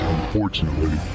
Unfortunately